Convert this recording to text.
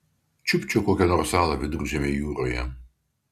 čiupčiau kokią nors salą viduržemio jūroje